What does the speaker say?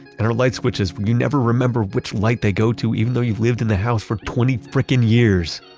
and our lights switches when you never remember which light they go to, even though you've lived in the house for twenty fricking years.